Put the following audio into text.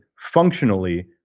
functionally